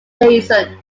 dyson